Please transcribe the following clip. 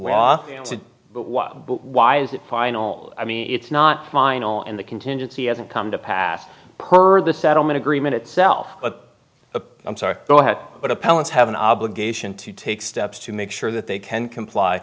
was but why is that final i mean it's not final and the contingency hasn't come to pass per the settlement agreement itself but i'm sorry go ahead but appellants have an obligation to take steps to make sure that they can comply